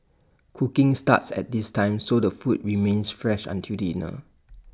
cooking starts at this time so the food remains fresh until dinner